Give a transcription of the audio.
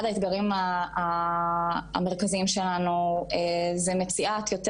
אחד האתגרים המרכזיים שלנו זה מציאת יותר